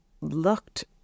Looked